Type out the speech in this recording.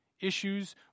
issues